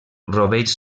rovells